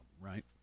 right